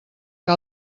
que